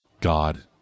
God